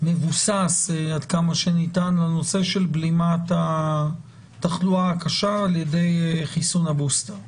מבוסס עד כמה שניתן לנושא של בלימת התחלואה הקשה על ידי חיסון הבוסטר.